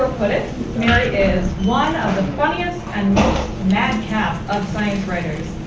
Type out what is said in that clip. put is, mary is one of the funniest and most madcap of science writers.